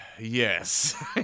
Yes